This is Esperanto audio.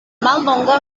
mallonga